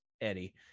Eddie